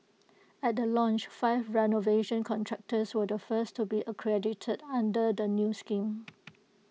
at the launch five renovation contractors were the first to be accredited under the new scheme